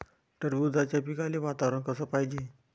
टरबूजाच्या पिकाले वातावरन कस पायजे?